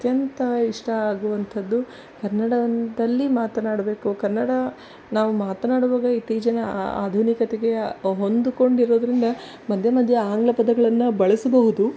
ಅತ್ಯಂತ ಇಷ್ಟ ಆಗುವಂಥದ್ದು ಕನ್ನಡದಲ್ಲಿ ಮಾತನಾಡಬೇಕು ಕನ್ನಡ ನಾವು ಮಾತನಾಡುವಾಗ ಇತ್ತೀಚಿನ ಆಧುನಿಕತೆಗೆ ಹೊಂದಿಕೊಂಡಿರೋದ್ರಿಂದ ಮಧ್ಯ ಮಧ್ಯ ಆಂಗ್ಲ ಪದಗಳನ್ನು ಬಳಸಬಹುದು